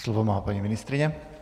Slovo má paní ministryně.